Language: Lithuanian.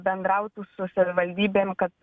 bendrautų su savivaldybėm kad